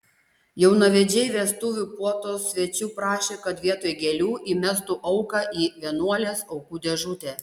jaunavedžiai vestuvių puotos svečių prašė kad vietoj gėlių įmestų auką į vienuolės aukų dėžutę